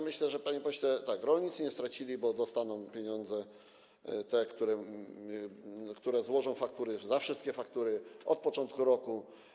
Myślę, panie pośle, że rolnicy nie stracili, bo dostaną te pieniądze, na które złożą faktury, za wszystkie faktury od początku roku.